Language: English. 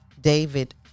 David